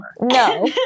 No